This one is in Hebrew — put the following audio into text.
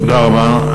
תודה רבה.